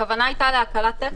הכוונה הייתה להקלה טכנית,